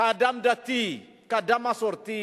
כאדם דתי, כאדם מסורתי.